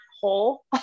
hole